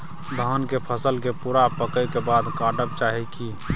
धान के फसल के पूरा पकै के बाद काटब चाही की?